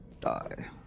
die